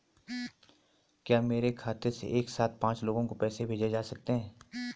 क्या मेरे खाते से एक साथ पांच लोगों को पैसे भेजे जा सकते हैं?